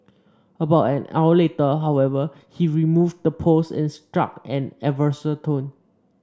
about an hour later however he removed the post and struck an adversarial tone